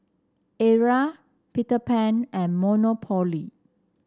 Arai Peter Pan and Monopoly